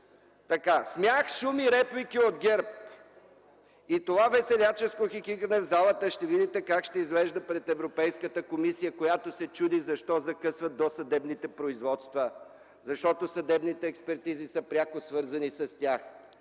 ... Смях, шум и реплики от ГЕРБ” – това веселяческо хихикане в залата ще видите как ще изглежда пред Европейската комисия, която се чуди защо закъсват досъдебните производства. Съдебните експертизи са пряко свързани с тях